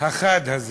החד הזה.